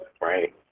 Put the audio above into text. right